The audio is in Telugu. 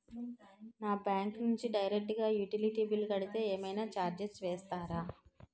నా బ్యాంక్ నుంచి డైరెక్ట్ గా యుటిలిటీ బిల్ కడితే ఏమైనా చార్జెస్ వేస్తారా?